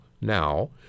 now